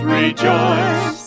rejoice